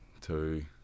two